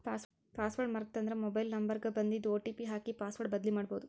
password ಮರೇತಂದ್ರ mobile number ಗ ಬನ್ದಿದ್ ಒ.ಟಿ.ಪಿ ಹಾಕಿ ಪಾಸ್ವರ್ಡ್ ಬದ್ಲಿಮಾಡ್ಬೊದು